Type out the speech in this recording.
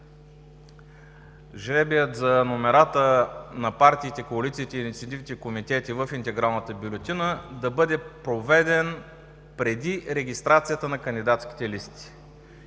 жребият за номерата на партиите, коалициите и инициативните комитети в интегралната бюлетина да бъде проведен преди регистрацията на кандидатските листи